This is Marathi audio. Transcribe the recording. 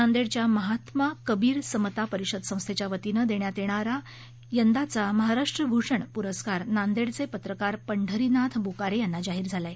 नांदेडच्या महात्मा कबीर समता परिषद संस्थेच्या वतीने देण्यात येणारा या वर्षीचा महाराष्ट्र भूषण पुरस्कार नांदेडचे पत्रकार पंढरीनाथ बोकारे यांना जाहीर झाला आहे